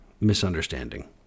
misunderstanding